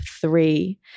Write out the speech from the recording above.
three